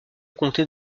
comté